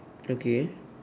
okay